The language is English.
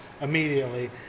immediately